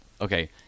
okay